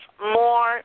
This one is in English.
more